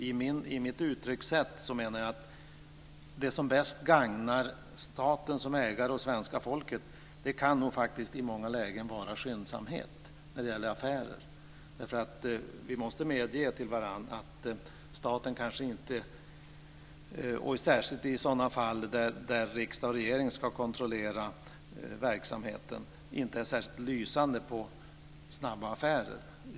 Med mitt uttryckssätt menar jag att det som bäst gagnar staten som ägare och svenska folket i många lägen kan vara skyndsamhet när det gäller affärer. Vi måste medge inför varandra att staten kanske inte - särskilt inte i sådana fall där riksdag och regering ska kontrollera verksamheten - är särskilt lysande på snabba affärer.